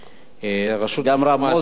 גם חבר הכנסת מוזס.